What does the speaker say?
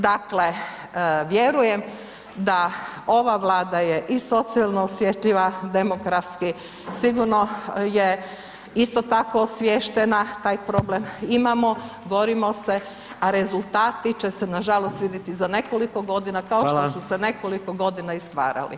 Dakle, vjerujem da ova Vlada je i socijalno osjetljiva, demokratski sigurno je isto tako osviještena, taj problem imamo, borimo se, a rezultati će se, nažalost vidjeti za nekoliko godina, kao što se [[Upadica: Hvala.]] nekoliko godina i stvarali.